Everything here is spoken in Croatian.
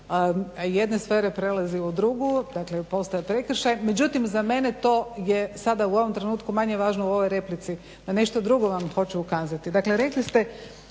jedne sfere prelazi u drugu, dakle postaje prekršaj međutim za mene to je sada u ovom trenutku manje važno u ovoj replici. Na nešto drugo vam hoću ukazati.